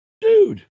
Dude